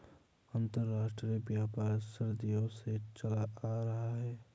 अंतरराष्ट्रीय व्यापार सदियों से चला आ रहा है